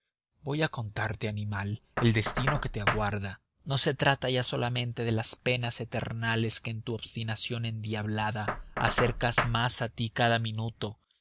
voy a contarte animal el destino que te aguarda no se trata ya solamente de las penas eternales que en tu obstinación endiablada acercas más a ti cada minuto